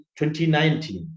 2019